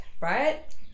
Right